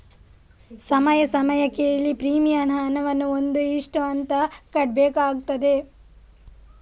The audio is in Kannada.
ಸಮಯ ಸಮಯಕ್ಕೆ ಇಲ್ಲಿ ಪ್ರೀಮಿಯಂ ಹಣವನ್ನ ಒಂದು ಇಷ್ಟು ಅಂತ ಕಟ್ಬೇಕಾಗ್ತದೆ